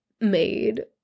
made